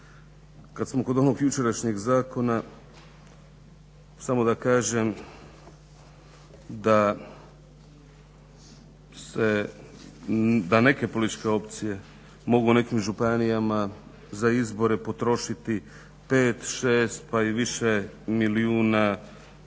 Kad smo kod onog jučerašnjeg zakona samo da kažem da neke političke opcije mogu u nekim županijama za izbore potrošiti 5, 6 pa i više milijuna